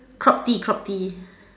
crop tee crop tee